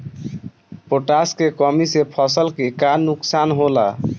Potash के कमी से फसल के का नुकसान होला?